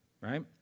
right